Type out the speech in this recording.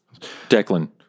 Declan